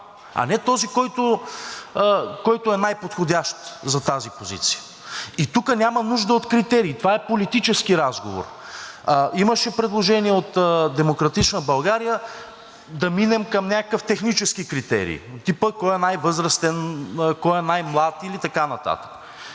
а не този, който е най-подходящ за тази позиция. И тук няма нужда от критерии, това е политически разговор. Имаше предложение от „Демократична България“ да минем към някакъв технически критерий от типа кой е най-възрастен, най-млад и така нататък,